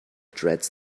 dreads